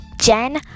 Jen